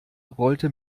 rollte